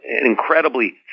incredibly